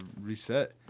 reset